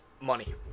Money